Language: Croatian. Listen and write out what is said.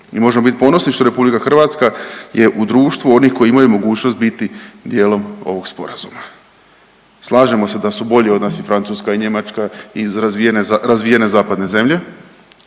i možemo biti ponosni što Republika Hrvatska je u društvu onih koji imaju mogućnost biti dijelom ovog sporazuma. Slažemo se da su bolji odnosi Francuska i Njemačka i razvijene zapadne zemlje.